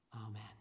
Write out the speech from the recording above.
Amen